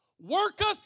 worketh